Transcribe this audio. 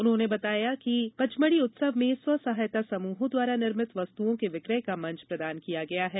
उन्होंने बताया कि पचमढ़ी उत्सव में स्वसहायता समूहों द्वारा निर्मित वस्तुओं के विक्रय का मंच प्रदान किया गया है